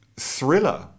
thriller